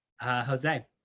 Jose